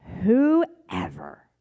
whoever